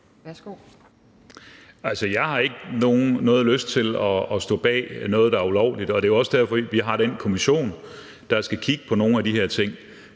Altså, jeg har ikke nogen lyst til at stå bag noget, der er ulovligt. Det er jo også derfor, at vi har den kommission, der skal kigge på nogle af de her ting.